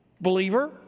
believer